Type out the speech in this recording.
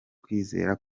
kwizera